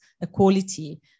equality